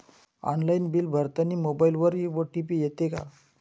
Online bill भरतानी मोबाईलवर OTP येते का?